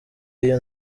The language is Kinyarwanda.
iyo